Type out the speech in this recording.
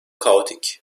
kaotik